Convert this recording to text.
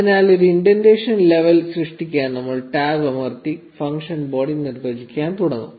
അതിനാൽ ഒരു indentation level സൃഷ്ടിക്കാൻ നമ്മൾ ടാബ് അമർത്തി ഫംഗ്ഷൻ ബോഡി നിർവ്വചിക്കാൻ തുടങ്ങും